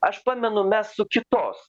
aš pamenu mes su kitos